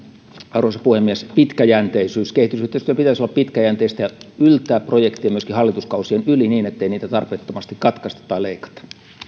arvoisa puhemies pitkäjänteisyys kehitysyhteistyön pitäisi olla pitkäjänteistä ja projektien yltää myöskin hallituskausien yli niin ettei niitä tarpeettomasti katkaista tai leikata